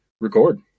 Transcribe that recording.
record